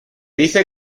dice